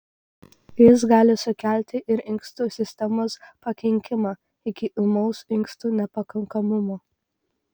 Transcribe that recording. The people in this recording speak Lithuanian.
jis gali sukelti ir inkstų sistemos pakenkimą iki ūmaus inkstų nepakankamumo